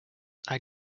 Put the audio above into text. are